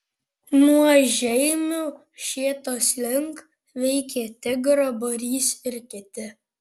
nuo žeimių šėtos link veikė tigro būrys ir kiti